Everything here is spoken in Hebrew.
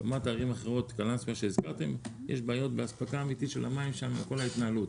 אם ה --- יש בעיות באספקה אמתית של המים שם וכל ההתנהלות.